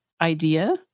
idea